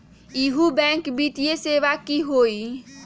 इहु बैंक वित्तीय सेवा की होई?